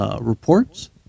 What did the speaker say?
Reports